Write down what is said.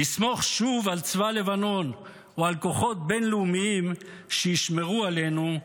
לסמוך שוב על צבא לבנון או על כוחות בין-לאומיים שישמרו עלינו,